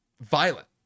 violent